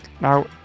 now